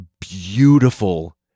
beautiful